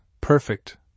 perfect